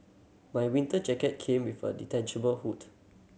my winter jacket came with a detachable hood